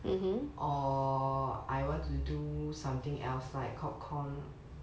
or I want to do something else like corp comm